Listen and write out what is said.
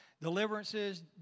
deliverances